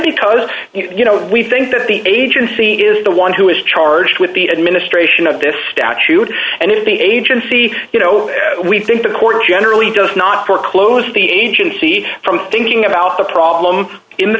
because you know we think that the agency is the one who is charged with the administration of this statute and if the agency you know we think the court generally does not foreclose the agency from thinking about the problem in the